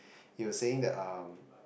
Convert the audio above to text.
he was saying the um